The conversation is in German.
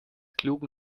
klugen